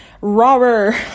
robber